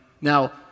Now